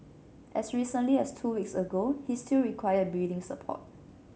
as recently as two weeks ago he still required breathing support